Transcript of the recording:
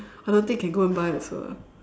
I don't think can go and buy also ah